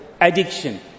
addiction